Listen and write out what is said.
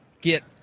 get